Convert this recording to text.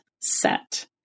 set